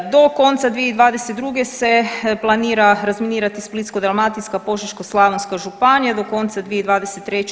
Do konca 2022. se planira razminirati Splitsko-dalmatinska, Požeško-slavonska županija, do konca 2023.